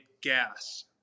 gas